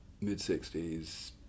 mid-60s